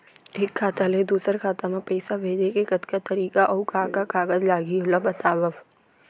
एक खाता ले दूसर खाता मा पइसा भेजे के कतका तरीका अऊ का का कागज लागही ओला बतावव?